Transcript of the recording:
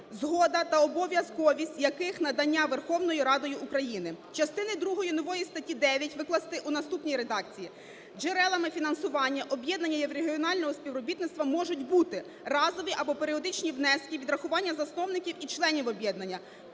згода та обов'язковість яких надана Верховною Радою України". Частини другої нової статті 9 викласти у наступній редакції: "Джерелами фінансування об'єднання єврорегіонального співробітництва можуть бути: разові або періодичні внески, відрахування засновників і членів об'єднання;